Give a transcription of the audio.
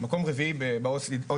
מקום רביעי ב-OECD.